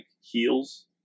heels